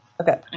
Okay